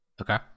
Okay